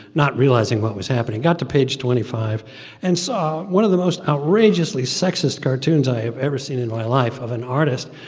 not realizing what was happening, got to page twenty five and saw one of the most outrageously sexist cartoons i have ever seen in my life of an artist,